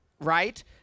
right